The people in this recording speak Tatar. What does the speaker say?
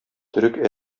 төрек